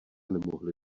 nemohli